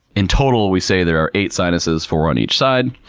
in total we say there are eight sinuses four on each side.